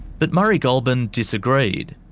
but murray goulburn disagreed.